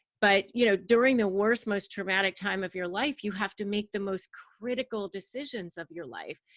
but you know during the worst, most traumatic time of your life, you have to make the most critical decisions of your life.